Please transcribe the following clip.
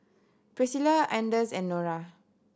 Priscila Anders and Norah